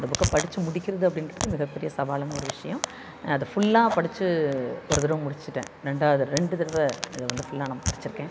இந்த புக்கை படிச்சு முடிக்கிறது அப்படின்றது மிகப்பெரிய சவாலான ஒரு விஷயம் அதை ஃபுல்லாக படிச்சு ஒரு தடவை முடிச்சிவிட்டேன் ரெண்டாவது தட ரெண்டு தடவை இதை வந்து ஃபுல்லாக நான் படிச்சுருக்கேன்